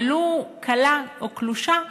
ולו קלה או קלושה,